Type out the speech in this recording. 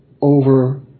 over